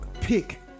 pick